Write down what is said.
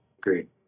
Great